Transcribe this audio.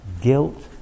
guilt